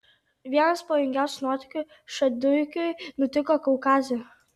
vienas pavojingiausių nuotykių šaduikiui nutiko kaukaze